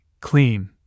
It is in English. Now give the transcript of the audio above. clean